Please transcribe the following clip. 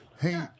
Hey